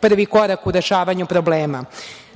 prvi korak u rešavanju problema. Niko